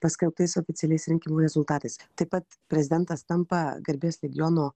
paskelbtais oficialiais rinkimų rezultatais taip pat prezidentas tampa garbės legiono